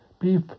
beef